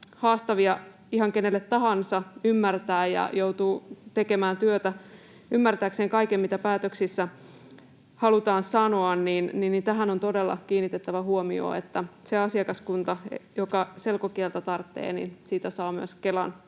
haastavia ihan kenelle tahansa ymmärtää ja joutuu tekemään työtä ymmärtääkseen kaiken, mitä päätöksissä halutaan sanoa, niin tähän on todella kiinnitettävä huomiota, että se asiakaskunta, joka selkokieltä tarvitsee, myös sitä saa Kelan